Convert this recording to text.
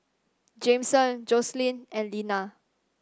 Jameson Joycelyn and Linna